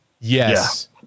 Yes